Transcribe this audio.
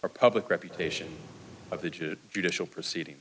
or public reputation of the judicial proceeding